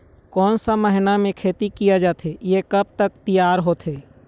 कोन सा महीना मा खेती किया जाथे ये कब तक तियार होथे?